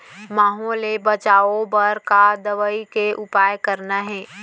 माहो ले बचाओ बर का दवई के उपयोग करना हे?